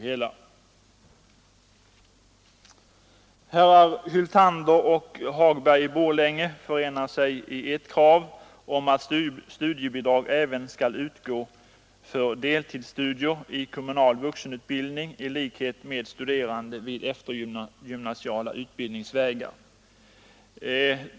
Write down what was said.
Herrar Hyltander och Hagberg i Borlänge förenar sig i ett krav om att studiebidrag även skall utgå för deltidsstudier i kommunal vuxenutbildning i likhet med vad som gäller för studerande vid eftergymnasiala utbildningsvägar.